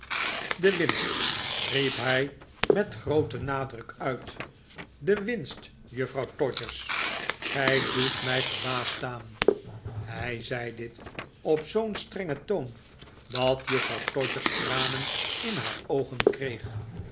de winst riep hij met grooten nadruk uit de winst juffrouw todgers gij doet mij verbaasd staan hij zei dit op zoo'n strengen toon dat juffrouw todgers tranen in haar oogen kreeg